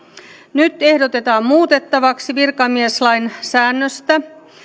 nyt ehdotetaan muutettavaksi virkamieslain säännöstä